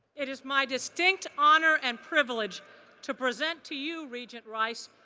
it is my distinct honor and privilege to present to you, regent rice,